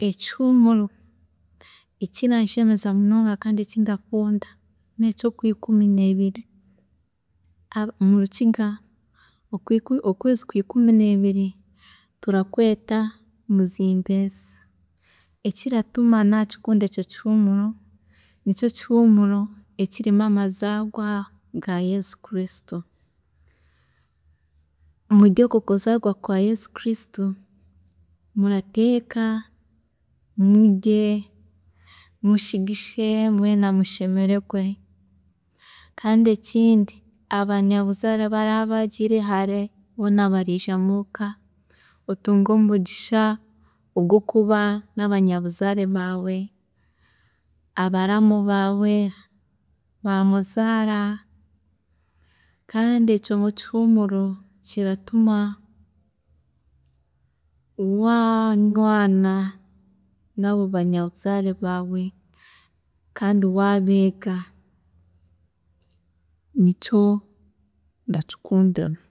Ekihuumuro ekiranshemeza munonga kandi ekindakunda nekyokwikumi nebiri murukiga okwezi kwikumu nebiri turakweta muzimba ensi. Ekiratuma nakikunda ekyo kihumuro, nikyo kihuumuro ekirimu amazarwa ga Yesu Kristo. Muri okwe kuzaarwa kwa Yezu Kristo murateeka murye, mushigishe mweena mushemererwe kandi ekindi abanyabuzaare abagiire hare boona bariija muka otunge omugisha ogwokuba nabanyabuzaare baawe, abaramu baawe, ba muzaara kandi ekyo kihuumuro kiratuma wanywaana na bo banyabuzaare baawe kandi waabeega, nikyo ndakikundira.